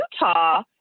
Utah